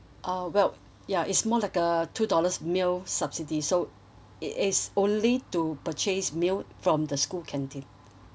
oh well ya it's more like a two dollars meal subsidies so it is only to purchase meal from the school canteen